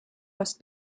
must